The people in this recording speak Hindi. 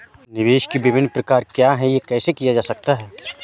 निवेश के विभिन्न प्रकार क्या हैं यह कैसे किया जा सकता है?